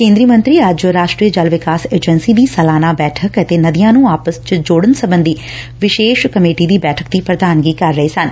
ਕੇਦਰੀ ਮੰਤਰੀ ਅੱਜ ਰਾਸ਼ਟਰੀ ਜਲ ਵਿਕਾਸ ਏਜੰਸੀ ਦੀ ਸਾਲਾਨਾ ਬੈਠਕ ਅਤੇ ਨਦੀਆਂ ਨ੍ਰੰ ਆਪਸ ਚ ਜੋੜਨ ਸਬੰਧੀ ਵਿਸ਼ੇਸ਼ ਕਮੇਟੀ ਦੀ ਬੈਠਕ ਦੀ ਪ੍ਰਧਾਨਗੀ ਕਰ ਰਹੇ ਸਨ